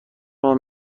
راه